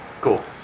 Cool